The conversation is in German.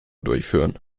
durchführen